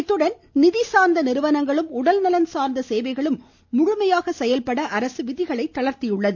இத்துடன் நிதி சார்ந்த நிறுவனங்களும் உடல்நலன் சார்ந்த சேவைகளும் முழுவதுமாக செயல்பட அரசு விதிகளை தளர்த்தியுள்ளது